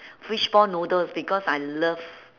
fishball noodles because I love